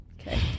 Okay